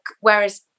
whereas